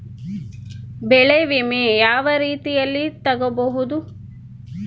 ಬೆಳೆ ವಿಮೆ ಯಾವ ರೇತಿಯಲ್ಲಿ ತಗಬಹುದು?